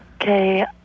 Okay